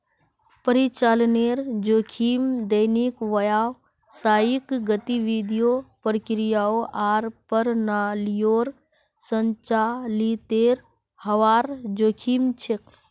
परिचालनेर जोखिम दैनिक व्यावसायिक गतिविधियों, प्रक्रियाओं आर प्रणालियोंर संचालीतेर हबार जोखिम छेक